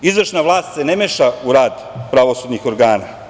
Izvršna vlast se ne meša u rad pravosudnih organa.